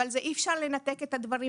אבל אי-אפשר לנתק את הדברים,